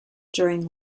during